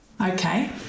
Okay